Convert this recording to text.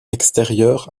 extérieures